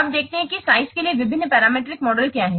अब देखते हैं कि साइज के लिए विभिन्न पैरामीट्रिक मॉडल क्या हैं